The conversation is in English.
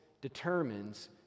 determines